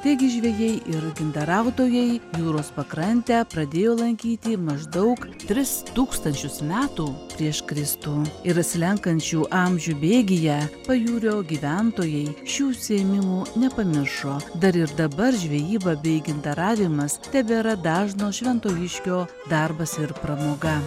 taigi žvejai ir gintarautojai jūros pakrantę pradėjo lankyti maždaug tris tūkstančius metų prieš kristų ir slenkančių amžių bėgyje pajūrio gyventojai šių užsiėmimų nepamiršo dar ir dabar žvejyba bei gintaravimas tebėra dažno šventojiškio darbas ir pramoga